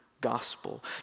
gospel